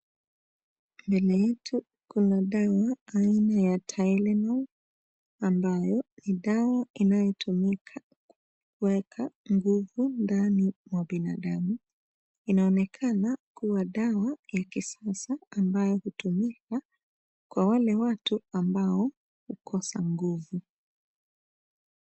Mbele yetu kuna dawa aina ya Tylenol; ambayo ni dawa inayotumika kuweka nguvu ndani mwa binadamu. Inaonekana kuwa dawa ya kisasa ambayo hutumika kwa wale watu ambao hukosa nguvu.